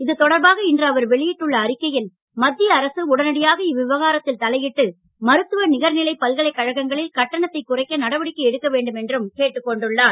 இது தொடர்பாக இன்று அவர் வெளியிட்டுள்ள அறிக்கையில் மத்திய அரசு உடனடியாக இவ்விவகாரத்தில் தலையிட்டு மருத்துவ நிகர்நிலை பல்கலைக்கழங்களில் கட்டணத்தை குறைக்க நடவடிக்கை எடுக்க வேண்டும் என்றும் கேட்டுக்கொண்டுள்ளார்